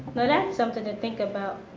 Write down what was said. now that's something to think about.